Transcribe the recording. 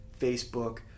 Facebook